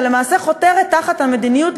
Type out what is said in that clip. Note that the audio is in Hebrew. ולמעשה חותרת תחת המדיניות,